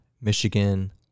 Michigan